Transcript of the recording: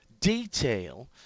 detail